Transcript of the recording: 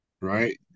right